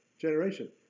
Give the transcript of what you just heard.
generation